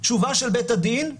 תשובה של בית הדין: